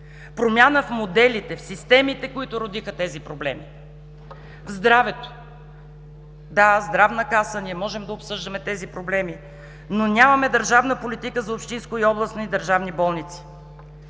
Промяна в моделите, в системите, които родиха тези проблеми. В здравето – да, здравна каса. Можем да обсъждаме тези проблеми, но нямаме държавна политика за общински и областни държавни болници.